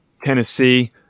Tennessee